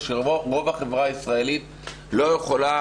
שעדיין רוב החברה הישראלית לא יכולה